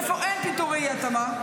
איפה אין פיטורי אי-התאמה?